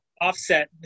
offset